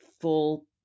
full